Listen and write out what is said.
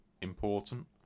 important